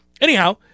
anyhow